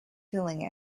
filling